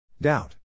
Doubt